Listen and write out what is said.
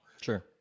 Sure